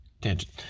tangent